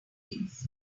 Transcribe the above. weeks